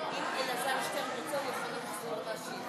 אם אלעזר שטרן רוצה, הוא יכול לחזור להשיב.